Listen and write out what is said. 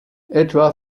etwa